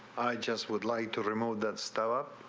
just would like to remove that stuff.